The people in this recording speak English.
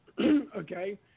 okay